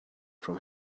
from